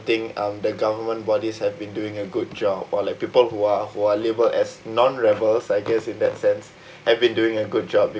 think um the government bodies have been doing a good job or like people who are who are labelled as non-rebels I guess in that sense have been doing a good job